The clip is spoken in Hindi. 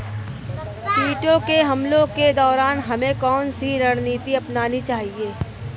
कीटों के हमलों के दौरान हमें कौन सी रणनीति अपनानी चाहिए?